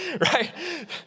right